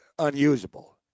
Unusable